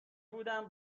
بودم